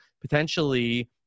potentially